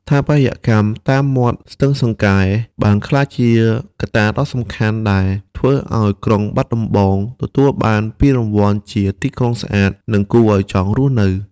ស្ថាបត្យកម្មតាមមាត់ស្ទឹងសង្កែបានក្លាយជាកត្តាដ៏សំខាន់ ដែលធ្វើឱ្យក្រុងបាត់ដំបងទទួលបានពានរង្វាន់ជាទីក្រុងស្អាត និងគួរឱ្យចង់រស់នៅ។